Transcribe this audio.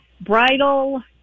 bridal